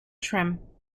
trim